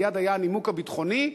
מייד היה הנימוק הביטחוני,